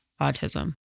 autism